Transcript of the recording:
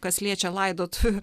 kas liečia laidotuvių